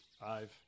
Five